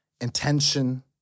intention